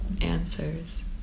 answers